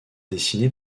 dessiné